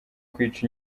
kwica